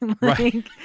Right